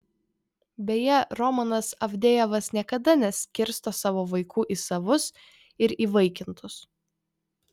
beje romanas avdejevas niekada neskirsto savo vaikų į savus ir įvaikintus